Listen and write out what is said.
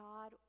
God